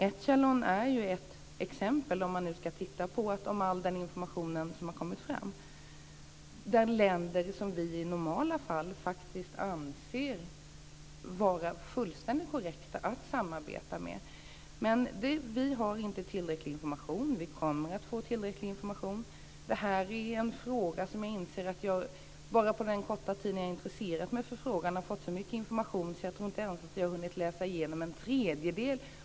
Echelon är ett exempel, om man nu ska titta på all information som kommit fram, där det handlar om länder som vi i normala fall faktiskt anser det vara fullständigt korrekt att samarbeta med. Vi har inte tillräcklig information men vi kommer att få tillräcklig information. Det här är en fråga där jag inser att jag, bara på den korta tid som jag intresserat mig för den, har fått så mycket information att jag nog inte ens hunnit läsa igenom en tredjedel.